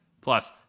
Plus